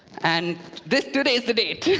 and this today is the date!